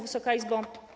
Wysoka Izbo!